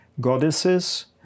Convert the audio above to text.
goddesses